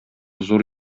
зур